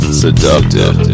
seductive